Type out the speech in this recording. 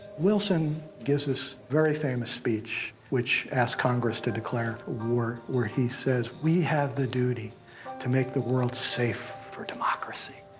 wilson gives this very famous speech, which asked congress to declare war where he says, we have the duty to make the world safe for democracy.